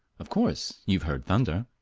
of course you have heard thunder.